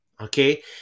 okay